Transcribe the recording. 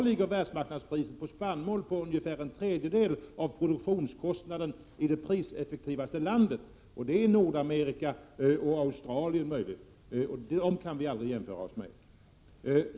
I dag är världsmarknadspriset på spannmål ungefär en tredjedel av produktionskostnaden i det priseffektivaste landet, som är USA, möjligen också Australien, och dem kan vi aldrig jämföra oss med.